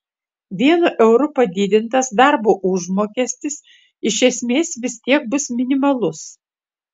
vienu euru padidintas darbo užmokestis iš esmės vis tiek bus minimalus